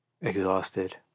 exhausted